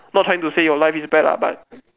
not trying to say your life is bad lah but